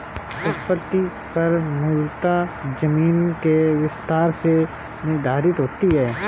संपत्ति कर मूलतः जमीन के विस्तार से निर्धारित होता है